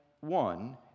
one